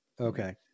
Okay